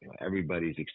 everybody's